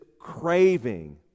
craving